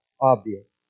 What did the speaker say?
obvious